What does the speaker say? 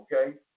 okay